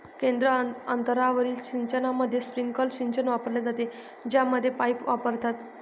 केंद्र अंतरावरील सिंचनामध्ये, स्प्रिंकलर सिंचन वापरले जाते, ज्यामध्ये पाईप्स वापरतात